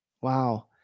Wow